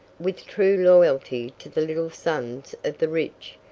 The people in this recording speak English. with true loyalty to the little sons of the rich,